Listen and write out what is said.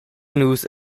nus